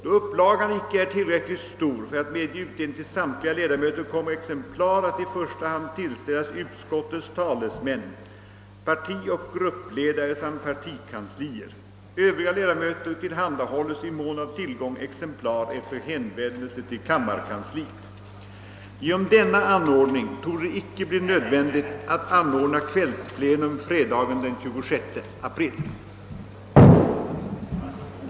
Då upplagan icke är tillräckligt stor för att medge utdelning till samtliga ledamöter kommer exemplar att i första hand tillställas utskottets talesmän, partioch gruppledare samt partikanslier. Övriga ledamöter tillhandahålles i mån av tillgång exemplar efter hänvändelse till kammarkansliet. Genom denna anordning torde det icke bli nödvändigt att anordna kvällsplenum fredagen den 26 april.